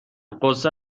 قصه